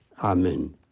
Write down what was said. amen